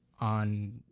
on